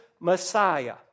Messiah